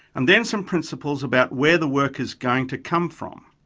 and then some principles about where the work is going to come from,